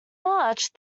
march